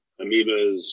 amoebas